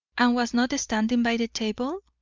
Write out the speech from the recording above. and was not standing by the table?